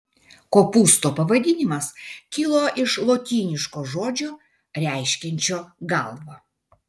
kopūsto pavadinimas kilo iš lotyniško žodžio reiškiančio galvą